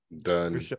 Done